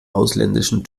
ausländischen